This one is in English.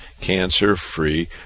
cancer-free